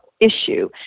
issue